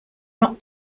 not